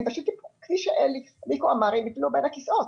כמו שאליקו אמר, הם ייפלו בין הכיסאות.